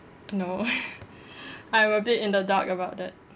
no I'm a bit in the dark about that